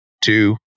two